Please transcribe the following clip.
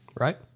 right